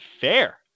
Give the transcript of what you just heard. fair